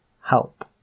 Help